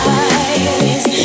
eyes